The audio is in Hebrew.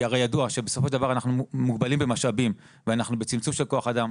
ידוע שבסופו של דבר אנחנו מוגבלים במשאבים ואנחנו בצמצום של כוח אדם,